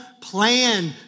plan